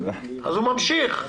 אז הוא ממשיך.